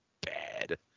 bad